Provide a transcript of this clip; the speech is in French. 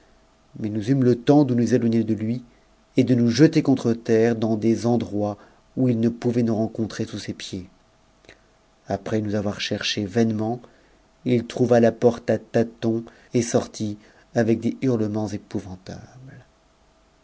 mais nous eûmes le temps de nous éloigner de lui et de nous jeter contre terre dans des endroits où il pouvait nous rencontrer sous ses pieds après nous avoir cherchés vainement il trouva la porte à tâtons et sortit avec des hurlements épouyantames